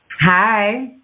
hi